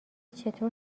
چطور